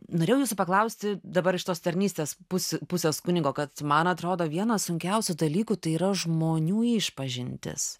norėjau jūsų paklausti dabar iš tos tarnystės pusių pusės kunigo kad man atrodo vienas sunkiausių dalykų tai yra žmonių išpažintys